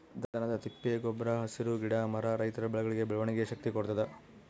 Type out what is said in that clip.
ದನದ ತಿಪ್ಪೆ ಗೊಬ್ರ ಹಸಿರು ಗಿಡ ಮರ ರೈತರ ಬೆಳೆಗಳಿಗೆ ಬೆಳವಣಿಗೆಯ ಶಕ್ತಿ ಕೊಡ್ತಾದ